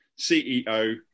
CEO